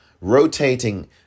Rotating